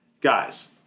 Guys